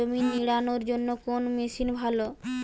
জমি নিড়ানোর জন্য কোন মেশিন ভালো?